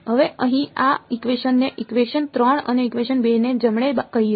હવે અહીં આ ઇકવેશન ને ઇકવેશન 3 અને ઇકવેશન 2 ને જમણે કહીએ